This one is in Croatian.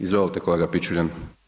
Izvolite kolega Pičuljan.